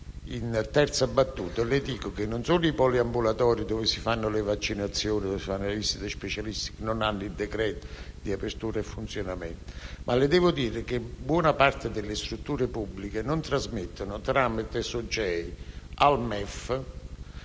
in terza battuta, le dico che non solo i poliambulatori dove si fanno le vaccinazioni o le visite specialistiche non hanno il decreto di apertura e funzionamento, ma buona parte delle strutture pubbliche non trasmettono tramite SOGEI al MEF